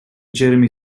jeremy